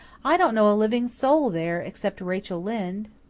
i don't know a living soul there, except rachel lynde.